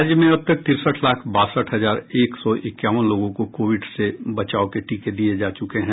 राज्य में अब तक तिरसठ लाख बासठ हजार एक सौ इक्यावन लोगों को कोविड से बचाव के टीके दिये जा चुके हैं